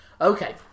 Okay